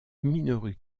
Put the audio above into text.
minoru